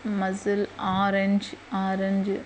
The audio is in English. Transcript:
muzzle orange orange